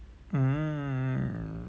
mm